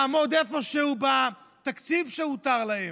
לעמוד איפשהו בתקציב שהותר להם.